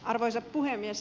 arvoisa puhemies